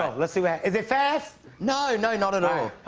ah let's see what is it fast? no, no, not at all.